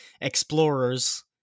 explorers